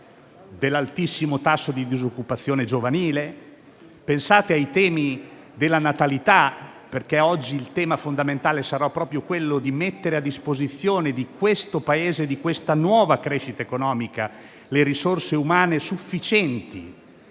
dell'altissimo tasso di disoccupazione giovanile, pensate ai temi della natalità, perché oggi il tema fondamentale sarà proprio quello di mettere a disposizione del Paese e di questa nuova crescita economica le risorse umane sufficienti